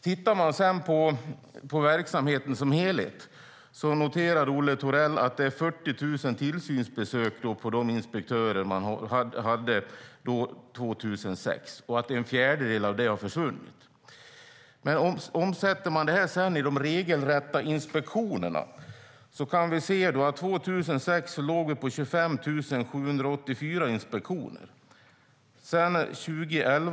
Tittar man sedan på verksamheten som helhet noterade Olle Thorell att det var 40 000 tillsynsbesök på de inspektörer som fanns 2006 och att en fjärdedel av det har försvunnit. Omsätter man det i regelrätta inspektioner kan man se att vi låg på 25 784 inspektioner 2006.